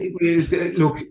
look